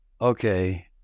okay